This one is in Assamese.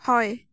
হয়